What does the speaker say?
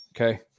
Okay